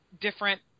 different